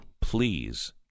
please